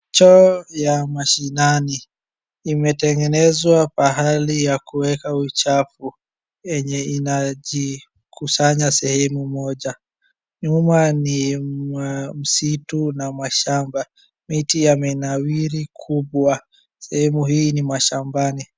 Choo ya mashinani. Imetengenezwa pahali ya kuweka uchafu yenye inajikusanya sehemu moja. Nyuma ni msitu na mashamba. Miti yamenawiri kubwa. Sehemu hii ni mashambani.